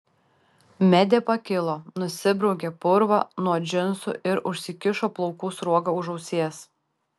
medė pakilo nusibraukė purvą nuo džinsų ir užsikišo plaukų sruogą už ausies